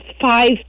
five